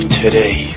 today